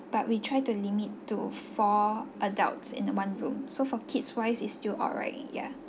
but we try to limit to four adults in one room so for kids wise is still alright yeah